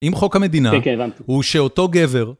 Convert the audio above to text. אם חוק המדינה, כן כן הבנתי, הוא שאותו גבר